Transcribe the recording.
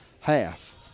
half